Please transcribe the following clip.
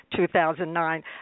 2009